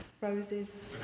roses